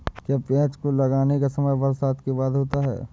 क्या प्याज को लगाने का समय बरसात के बाद होता है?